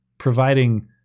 providing